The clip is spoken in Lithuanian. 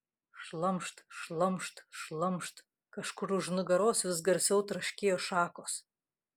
šlamšt šlamšt šlamšt kažkur už nugaros vis garsiau traškėjo šakos